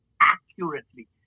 accurately